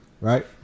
right